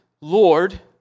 Lord